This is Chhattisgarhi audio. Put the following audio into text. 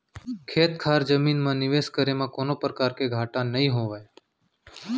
खेत खार जमीन म निवेस करे म कोनों परकार के घाटा नइ होवय